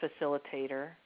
facilitator